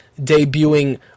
debuting